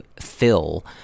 fill